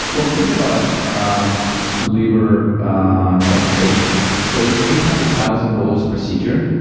well, think about um liver ah transplantation so it's eight hundred thousand dollars procedure.